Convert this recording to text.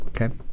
Okay